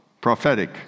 Prophetic